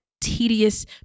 tedious